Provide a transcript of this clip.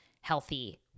healthy